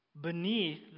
beneath